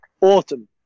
autumn